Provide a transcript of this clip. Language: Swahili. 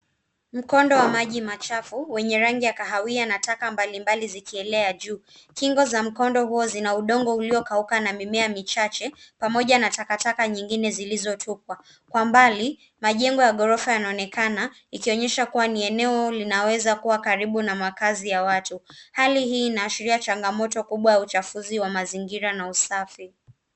Mkondo wa maji machafu wenye maji ya kahawiakahawia na taka zikielea you. Kingi za